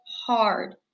hard